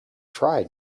try